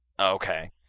Okay